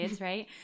right